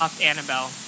Annabelle